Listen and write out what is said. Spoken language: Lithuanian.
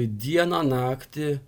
dieną naktį